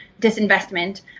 disinvestment